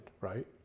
right